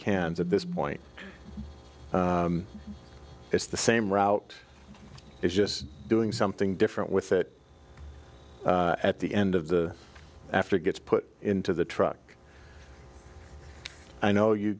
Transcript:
cans at this point it's the same route it's just doing something different with it at the end of the after it gets put into the truck i know you